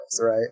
right